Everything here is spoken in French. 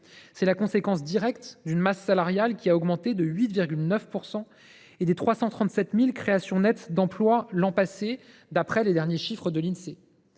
C’est la conséquence directe d’une masse salariale qui a augmenté de 8,9 % et des 337 000 créations nettes d’emplois l’an passé, d’après les derniers chiffres de l’Insee.